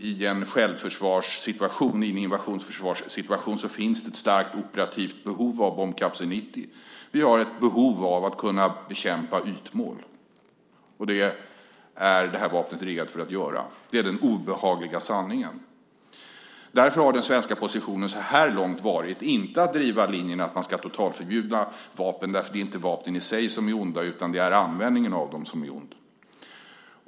I en självförsvarssituation, en invasionsförsvarssituation, finns det ett starkt operativt behov av bombkapsel 90. Vi har behov av att kunna bekämpa ytmål, och det är detta vapen riggat till att göra. Det är den obehagliga sanningen. Därför har den svenska positionen så här långt varit att inte driva linjen att totalförbjuda vapen eftersom det inte är vapnen i sig som är onda utan användningen av dem.